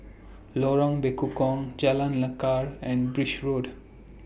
Lorong Bekukong Jalan Lekar and Birch Road